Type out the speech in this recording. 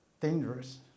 dangerous